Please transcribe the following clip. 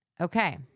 Okay